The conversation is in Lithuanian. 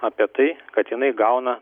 apie tai kad jinai gauna